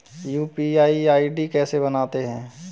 UPI ID कैसे बनाते हैं?